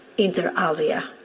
interalia.